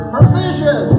Provision